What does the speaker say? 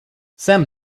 sam